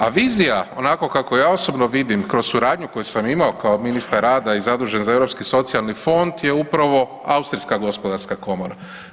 A vizija onako kako ja osobno vidim kroz suradnju koju imao kao ministar rada i zadužen za Europski socijalni fond je upravo austrijska gospodarska komora.